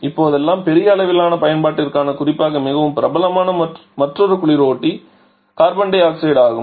இப்போதெல்லாம் பெரிய அளவிலான பயன்பாட்டிற்கான குறிப்பாக மிகவும் பிரபலமான மற்றொரு குளிரூட்டிகள் CO2 ஆகும்